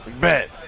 bet